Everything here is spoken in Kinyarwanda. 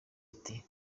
ati